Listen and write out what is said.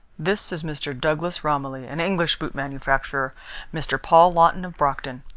this is mr. douglas romilly, an english boot manufacturer mr. paul lawton of brockton.